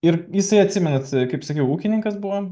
ir jisai atsimenat kaip sakiau ūkininkas buvo